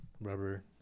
Rubber